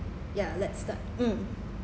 ya let's start mm